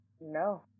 No